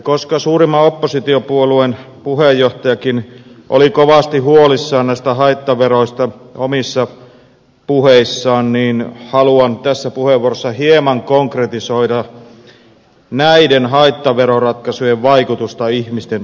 koska suurimman oppositiopuolueen puheenjohtajakin oli kovasti huolissaan näistä haittaveroista omissa puheissaan haluan tässä puheenvuorossa hieman konkretisoida näiden haittaveroratkaisujen vaikutusta ihmisten arkeen